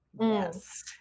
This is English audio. Yes